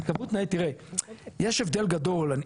יש הבדל גדול,